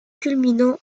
culminant